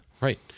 Right